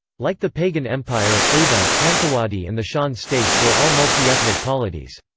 like the pagan empire, ava, hanthawaddy and the shan states were all multi-ethnic polities.